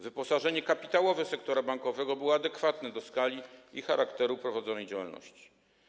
Wyposażenie kapitałowe sektora bankowego było adekwatne do skali i charakteru prowadzonej działalności.